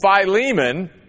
Philemon